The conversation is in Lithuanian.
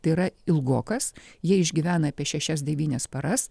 tai yra ilgokas jie išgyvena apie šešias devynias paras